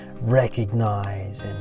recognize